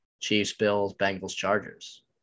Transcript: Chiefs-Bills-Bengals-Chargers